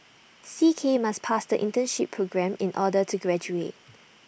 C K must pass the internship programme in order to graduate